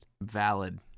Valid